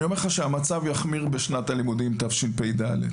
אני אומר לך שהמצב יחמיר בשנת הלימודים תשפ"ד.